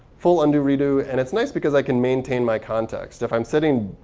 full undo, redo, and it's nice because i can maintain my context. if i'm setting